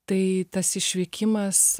tai tas išvykimas